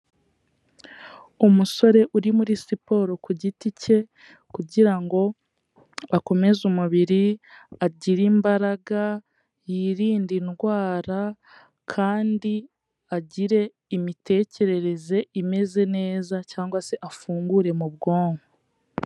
Umusore uri muri siporo ku giti cye kugira ngo akomeze umubiri, agire imbaraga, yirinde indwara kandi agire imitekerereze imeze neza cyangwa se afungure mu bwonko.